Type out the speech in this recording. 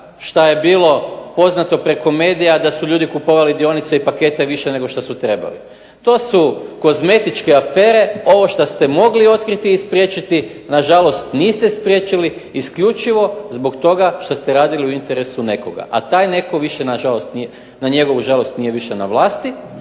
što je bilo poznato preko medija da su ljudi kupovali dionice i pakete više nego što su trebali. To su kozmetičke afere, ovo što ste mogli otkriti i spriječiti, na žalost niste spriječili isključivo zbog toga što ste radili u interesu nekoga, a taj netko na njegovu žalost nije više na vlasti,